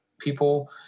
people